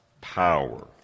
power